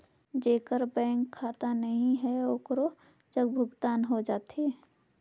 जेकर बैंक खाता नहीं है ओकरो जग भुगतान हो जाथे?